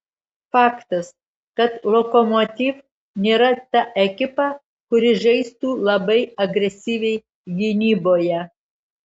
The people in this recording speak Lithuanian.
faktas kad lokomotiv nėra ta ekipa kuri žaistų labai agresyviai gynyboje